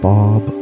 Bob